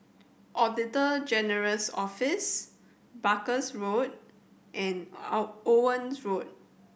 Auditor General's Office Barker's Road and Owen's Road